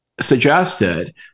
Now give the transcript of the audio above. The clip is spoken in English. suggested